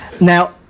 Now